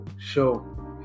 Show